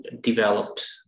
Developed